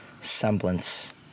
semblance